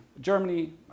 Germany